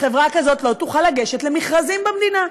חברה כזאת לא תוכל לגשת למכרזים במדינה.